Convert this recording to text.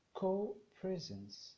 co-presence